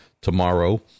tomorrow